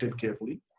carefully